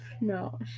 No